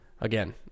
again